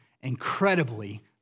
incredibly